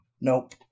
Nope